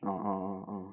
അ അ ആ